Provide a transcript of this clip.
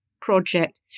project